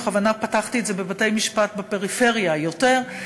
בכוונה פתחתי את זה בבתי-משפט בפריפריה, יותר,